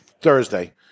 Thursday